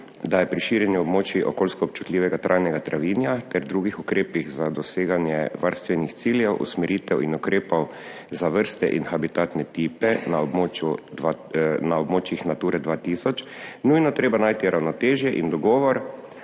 da je pri širjenju območij okoljsko občutljivega trajnega travinja ter drugih ukrepih za doseganje varstvenih ciljev, usmeritev in ukrepov za vrste in habitatne tipe na območju na območjih Nature 2000 nujno treba najti ravnotežje in dogovor,